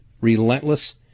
relentless